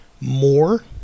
more